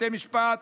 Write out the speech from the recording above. בתי משפט,